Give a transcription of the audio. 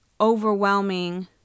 overwhelming